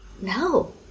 No